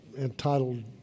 entitled